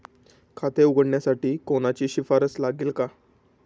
खाते उघडण्यासाठी कोणाची शिफारस लागेल का?